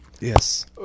Yes